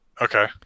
Okay